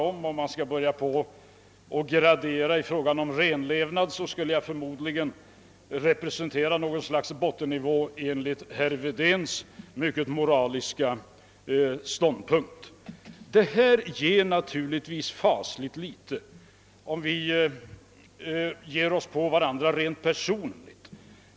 Om man skulle börja gradera i fråga om renlevnad skulle jag förmodligen representera bottennivån enligt herr Wedéns mycket moraliska ståndpunkt. Det ger naturligtvis fasligt litet, om vi på detta sätt ger oss på varandra rent personligt.